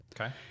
Okay